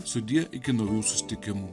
sudie iki naujų susitikimų